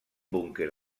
búnquer